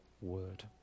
word